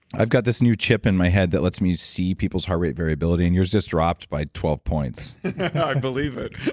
i've got this new chip in my head that lets me see people's heart rate variability and yours just dropped by twelve i believe it